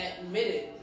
admitted